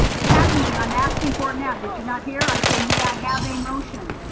it hasn't been. i'm asking for it now, did you not hear? i said, may i have a motion?